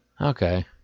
okay